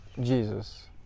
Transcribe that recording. jesus